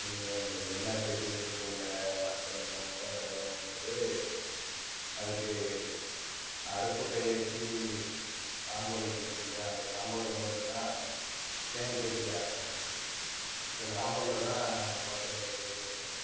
நீங்கள் அந்த எண்ணெய் பிசுபிசுப்புள்ள பாத்திரங்கள மட்டும் கழுவுணுன்னு போது அதுக்கு அடுப்புக்கரியை வச்சு சாம்பல் இருக்குது இல்லையா அந்த சாம்பலை கொண்டு வந்து தான் சேமித்து வச்சுக்கிறாங்க போல் இருக்குது அந்த சாம்பலில் தான் பாத்திரம் தேய்க்கிறது வழக்கம்